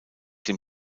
dem